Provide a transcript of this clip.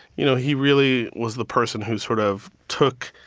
you know, he really was the person who sort of took,